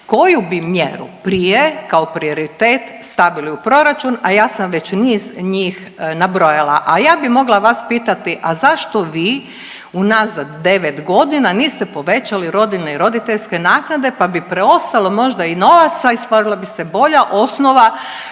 koju bi mjeru prije kao prioritet stavili u proračun, a ja sam već niz njih nabrojala. A ja bi mogla vas pitati, a zašto vi unazad 9 godina niste povećali roditeljne i roditeljske naknade pa bi preostalo možda i novaca i stvorila bi se bolja osnova